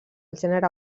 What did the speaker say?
gènere